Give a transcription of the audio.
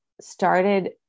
started